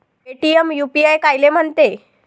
Paytm UPI कायले म्हनते?